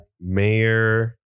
Mayor